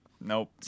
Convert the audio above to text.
Nope